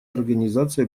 организации